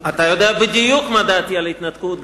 אתה יודע בדיוק מה דעתי על ההתנתקות,